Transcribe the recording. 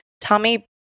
Tommy